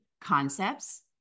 concepts